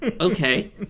okay